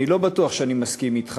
אני לא בטוח שאני מסכים אתך,